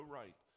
right